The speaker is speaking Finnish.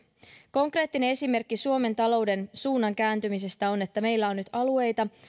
konkreettinen esimerkki suomen talouden suunnan kääntymisestä on että meillä on nyt alueita